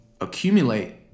accumulate